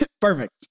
perfect